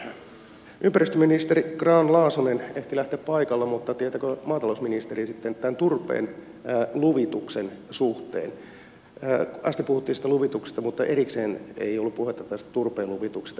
nyt ympäristöministeri grahn laasonen ehti lähteä paikalta mutta tietääkö maatalousministeri turpeen luvituksen suhteen äsken puhuttiin luvituksesta mutta erikseen ei ollut puhetta turpeen luvituksesta helpottuuko se